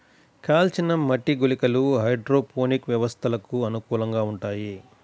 కాల్చిన మట్టి గుళికలు హైడ్రోపోనిక్ వ్యవస్థలకు అనుకూలంగా ఉంటాయి